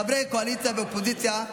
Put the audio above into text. חברי קואליציה ואופוזיציה,